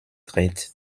dreht